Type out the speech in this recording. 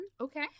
Okay